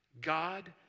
God